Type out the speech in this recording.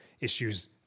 issues